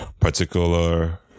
particular